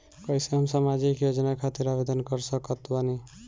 कैसे हम सामाजिक योजना खातिर आवेदन कर सकत बानी?